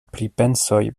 pripensoj